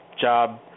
job